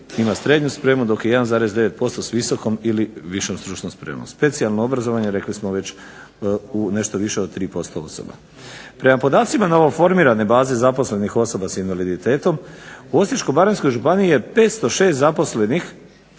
ima SSS dok je 1,9% s visokom ili visokom stručnom spremom. Specijalno obrazovanje rekli smo već u nešto više od 3% osoba. Prema podacima novoformirane baze zaposlenih osobe sa invaliditetom u Osječko-baranjskoj županiji je 506 zaposlenih